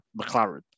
McLaren